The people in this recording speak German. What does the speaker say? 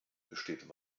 bestehen